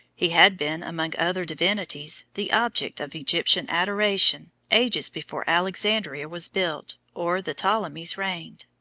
he had been, among other divinities, the object of egyptian adoration ages before alexandria was built or the ptolemies reigned.